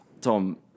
Tom